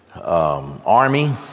army